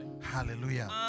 Hallelujah